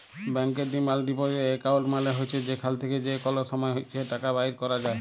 ব্যাংকের demand deposit account মালে হছে যেখাল থ্যাকে যে কল সময় ইছে টাকা বাইর ক্যরা যায়